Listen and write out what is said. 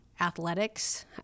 athletics